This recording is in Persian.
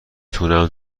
تونم